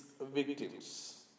victims